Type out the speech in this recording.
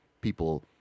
people